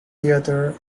theatre